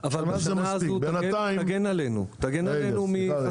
אבל השנה הזאת תגן עלינו מחשיפות.